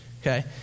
okay